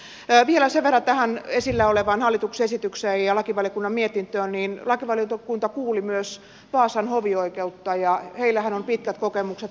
vielä sen verran tähän esillä olevaan hallituksen esitykseen ja lakivaliokunnan mietintöön että lakivaliokunta kuuli myös vaasan hovioikeutta ja heillähän on pitkät kokemukset matkakäräjistä